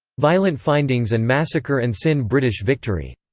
violent findings and massacre and sin british victory.